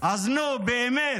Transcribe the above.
אז נו, באמת,